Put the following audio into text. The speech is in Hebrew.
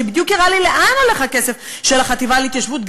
שבדיוק הראה לי לאן הולך הכסף של החטיבה להתיישבות,